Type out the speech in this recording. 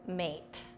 mate